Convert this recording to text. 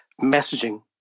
messaging